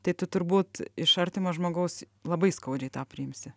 tai tu turbūt iš artimo žmogaus labai skaudžiai tą priimsi